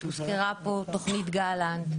הוזכרה פה תוכנית גלנט,